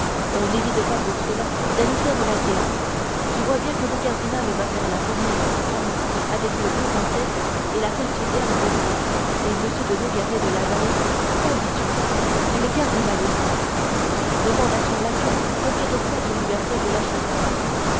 on n'évite pas pour cela d'aller faire la guerre tu vois bien que le cardinal va faire la première campagne avec le pot en tête et la pertuisane au poing et m de nogaret de la valette qu'en dis-tu il est cardinal aussi demande à son laquais combien de fois il lui a fait de la charpie